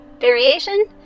Variation